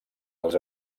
els